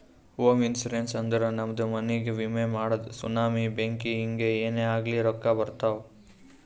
ಹೋಮ ಇನ್ಸೂರೆನ್ಸ್ ಅಂದುರ್ ನಮ್ದು ಮನಿಗ್ಗ ವಿಮೆ ಮಾಡದು ಸುನಾಮಿ, ಬೆಂಕಿ ಹಿಂಗೆ ಏನೇ ಆಗ್ಲಿ ರೊಕ್ಕಾ ಬರ್ತಾವ್